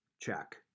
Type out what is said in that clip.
Check